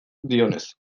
dioenez